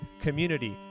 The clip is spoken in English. community